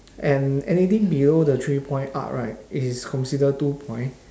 and anything below the three point arc right is consider two point